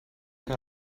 que